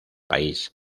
país